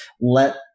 let